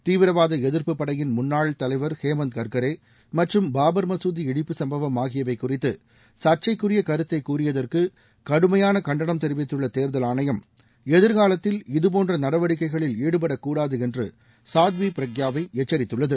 தீவிரவாத எதிர்ப்புப்படையின் முன்னாள் தலைவர் ஹேமந்த் கர்கரே மற்றும் பாபர் மசூதி இடிப்பு சும்பவம் ஆகியவை குறித்து சர்ச்சைக்குரிய கருத்தை கூறியதற்கு கடுமையான கண்டனம் தெரிவித்துள்ள தேர்தல் ஆணையம் எதிர்காலத்தில் இதுபோன்ற நடவடிக்கைகளில் ஈடுபடக்கூடாது என்று சாத்வி பிரக்யாவை எச்சரித்துள்ளது